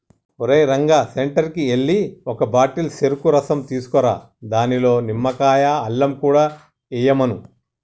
ఓరేయ్ రంగా సెంటర్కి ఎల్లి ఒక బాటిల్ సెరుకు రసం తీసుకురా దానిలో నిమ్మకాయ, అల్లం కూడా ఎయ్యమను